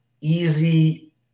easy –